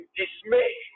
dismay